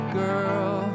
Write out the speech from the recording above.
girl